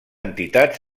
entitat